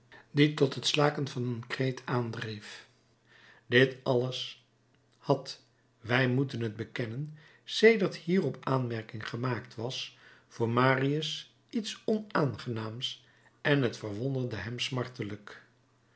die tot het slaken van een kreet aandreef dit alles had wij moeten t bekennen sedert hierop aanmerking gemaakt was voor marius iets onaangenaams en het verwonderde hem